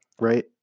right